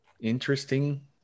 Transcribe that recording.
interesting